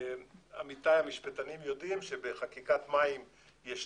עמיתיי המשפטנים יודעים שבחקיקת מים יש